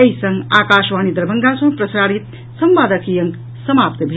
एहि संग आकाशवाणी दरभंगा सँ प्रसारित संवादक ई अंक समाप्त भेल